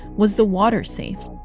was the water safe?